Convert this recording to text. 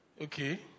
Okay